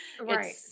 right